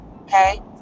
Okay